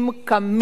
קמים,